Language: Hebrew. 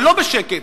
ולא בשקט,